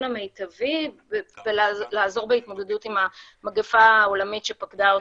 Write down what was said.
המיטבי ולעזור בהתמודדות עם המגפה העולמית שפקדה אותנו.